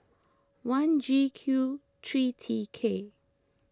one G Q three T K